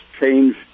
change